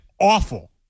awful